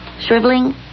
Shriveling